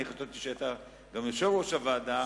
אני חשבתי שאתה גם יושב-ראש הוועדה,